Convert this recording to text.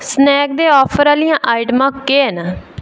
snacks दे offer आह्लियां आइटमां केह् न